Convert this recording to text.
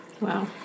Wow